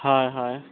ᱦᱳᱭ ᱦᱳᱭ